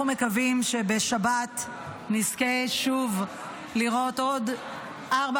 אנחנו מקווים שבשבת נזכה שוב לראות עוד ארבע